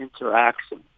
interaction